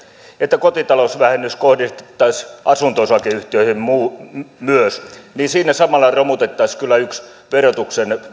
että kotitalousvähennys kohdistettaisiin asunto osakeyhtiöihin myös niin siinä samalla romutettaisiin kyllä yksi verotuksen